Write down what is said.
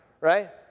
right